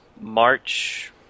March